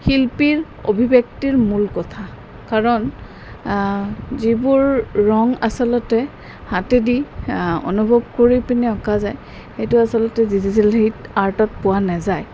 শিল্পীৰ অভিৱ্যক্তিৰ মূল কথা কাৰণ যিবোৰ ৰং আচলতে হাতেদি অনুভৱ কৰি পিনে অঁকা যায় সেইটো আচলতে ডিজিটেল আৰ্টত পোৱা নাযায়